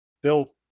Bill